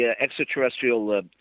extraterrestrial